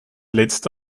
letzte